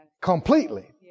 completely